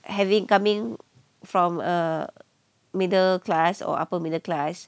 having coming from a middle class or upper middle class